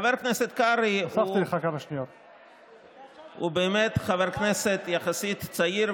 אם מה שמעניין את חבר הכנסת קיש זה באמת רפורמה משמעותית בסוגיה הזאת,